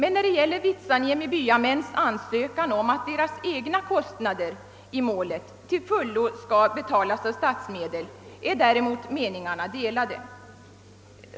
s När det gäller Vitsaniemi byamäns ansökan om att deras egna kostnader i målet till fullo skall betalas av statsmedel är däremot meningarna delade.